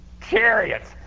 Chariots